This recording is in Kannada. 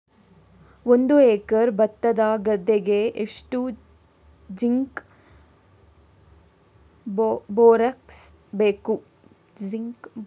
ಒಂದು ಎಕರೆ ಭತ್ತದ ಗದ್ದೆಗೆ ಎಷ್ಟು ಜಿಂಕ್ ಬೋರೆಕ್ಸ್ ಬೇಕು?